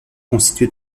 constitué